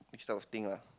mix up of thing lah